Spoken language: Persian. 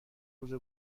روز